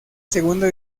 segunda